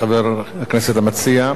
חבר הכנסת המציע,